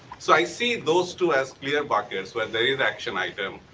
so i see those two as clear buckets when there is action item